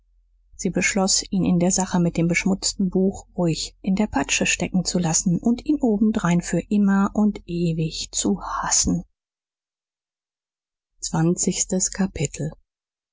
sie beschloß ihn in der sache mit dem beschmutzten buch ruhig in der patsche stecken zu lassen und ihn obendrein für immer und ewig zu hassen zwanzigstes kapitel